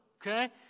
okay